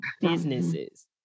businesses